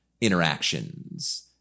interactions